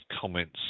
comments